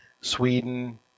sweden